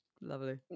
Lovely